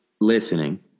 listening